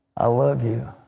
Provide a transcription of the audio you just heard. i love you,